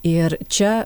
ir čia